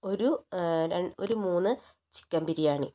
ഒരു രണ്ട് ഒരു മൂന്ന് ചിക്കൻ ബിരിയാണി